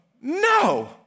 no